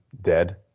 dead